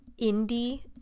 indie